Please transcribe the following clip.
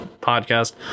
podcast